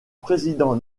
président